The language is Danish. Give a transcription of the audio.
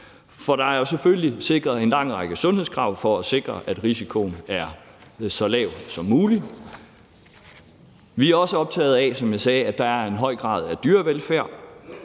For der er jo selvfølgelig indført en lang række sundhedskrav for at sikre, at risikoen er så lav som muligt. Vi er også optaget af – som jeg sagde – at der er en høj grad af dyrevelfærd.